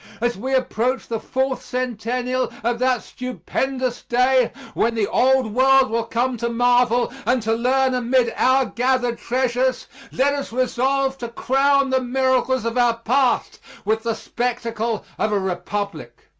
as we approach the fourth centennial of that stupendous day when the old world will come to marvel and to learn amid our gathered treasures let us resolve to crown the miracles of our past with the spectacle of a republic,